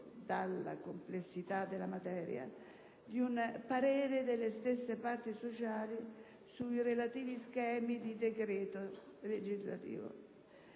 dalla complessità della materia, di un parere delle stesse parti sociali sui relativi schemi di decreti legislativi.